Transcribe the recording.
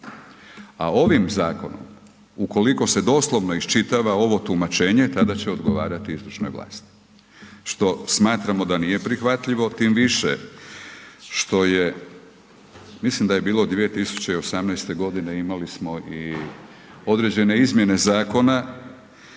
a ovim zakonom ukoliko se doslovno iščitava, ovo tumačenje, tada će odgovarati izvršnoj vlasti što smatramo da nije prihvatljivo tim više što je, mislim da je bilo 2018. g., imali smo i određene izmjene zakona,